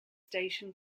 station